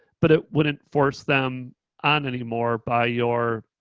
but it wouldn't force them on anymore by your,